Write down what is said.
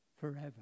forever